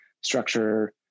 structure